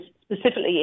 specifically